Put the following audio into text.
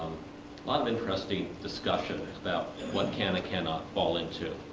lot of interesting discussion about what can and cannot fall into